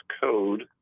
Code